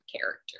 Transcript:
character